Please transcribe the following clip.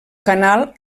canal